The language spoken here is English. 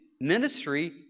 Ministry